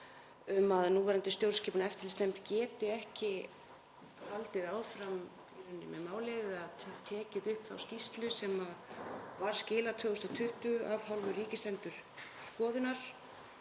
að núverandi stjórnskipunar- og eftirlitsnefnd geti ekki haldið áfram með málið eða tekið upp þá skýrslu sem var skilað 2020 af hálfu Ríkisendurskoðunar.